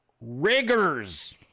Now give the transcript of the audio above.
riggers